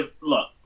look